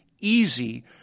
easy